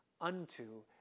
unto